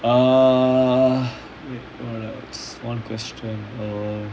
err wait what else one question oh